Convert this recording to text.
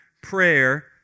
prayer